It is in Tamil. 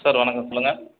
சார் வணக்கம் சொல்லுங்கள்